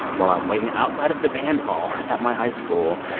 while i'm waiting outside of the band hall at my high school,